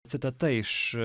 citata iš